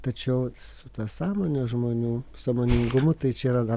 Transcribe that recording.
tačiau su ta sąmone žmonių sąmoningumu tai čia yra dar